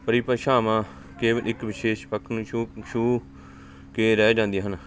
ਪਰੀਭਾਸ਼ਾਵਾਂ ਕੇਵਲ ਇੱਕ ਵਿਸ਼ੇਸ਼ ਪੱਖ ਨੂੰ ਛੂ ਛੂ ਕੇ ਰਹਿ ਜਾਂਦੀਆਂ ਹਨ